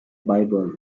bible